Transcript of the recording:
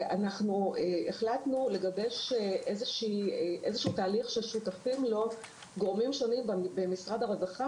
החלטנו לגבש איזשהו תהליך ששותפים לו גורמים שונים במשרד הרווחה,